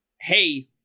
hey